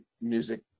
music